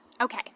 Okay